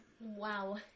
wow